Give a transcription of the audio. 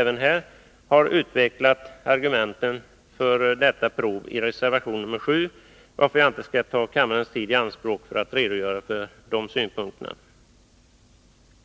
samt en moderat har utvecklat argumenten för dessa provi reservation nr 7, varför jag inte skall ta kammarens tid i anspråk för att redogöra för dessa synpunkter.